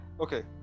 Okay